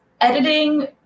editing